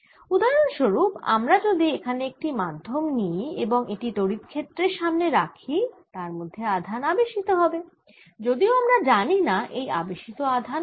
উদাহরণস্বরূপ আমরা যদি এখানে একটি মাধ্যম নিই এবং এটি তড়িৎ ক্ষেত্রের সামনে রাখি তার মধ্যে আধান আবেশিত হবে যদিও আমরা জানি না এই আবেশিত আধান কত